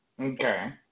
Okay